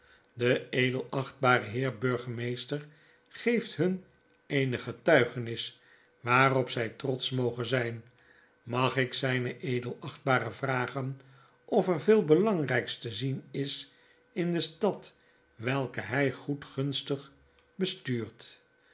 de edelachtbare heer burgemeester geeft hun eene getuigenis waarop zy trotsch mogen zqn mag ik zyn edelachtbare vragen of er veel belangryks te zien is in de stadwelkehy goedgunstig bestuurt